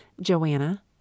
Joanna